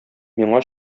миңа